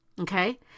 Okay